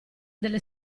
delle